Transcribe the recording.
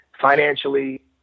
financially